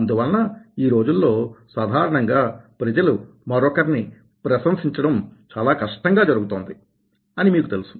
అందువలన ఈ రోజుల్లో సాధారణంగా ప్రజలు మరొకర్ని ప్రశంసించడం చాలా కష్టం గా జరుగుతోంది అని మీకు తెలుసు